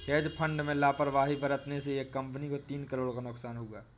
hedge fund में लापरवाही बरतने से एक कंपनी को तीन करोड़ का नुकसान हुआ